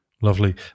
Lovely